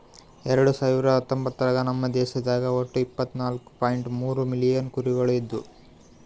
ಎರಡು ಸಾವಿರ ಹತ್ತೊಂಬತ್ತರಾಗ ನಮ್ ದೇಶದಾಗ್ ಒಟ್ಟ ಇಪ್ಪತ್ನಾಲು ಪಾಯಿಂಟ್ ಮೂರ್ ಮಿಲಿಯನ್ ಕುರಿಗೊಳ್ ಇದ್ದು